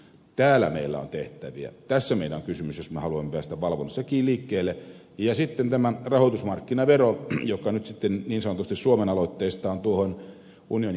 täällä meillä on tehtäviä tässä minä pysyn sysmä haluan päästä valvomossakin liikkeellä ja sitten tämä rahoitusmarkkinavero joka nyt sitten niin sanotusti suomen aloitteestaan tuon esitystä vastaan